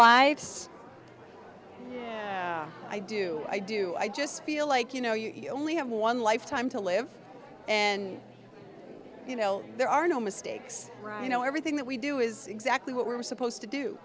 lives i do i do i just feel like you know you only have one lifetime to live in you know there are no mistakes you know everything that we do is exactly what we're supposed to do